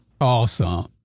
Awesome